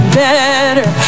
better